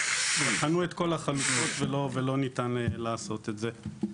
בחנו את כל החלופות, ואי אפשר לעשות את זה.